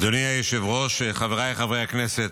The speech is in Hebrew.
אדוני היושב-ראש, חבריי חברי הכנסת,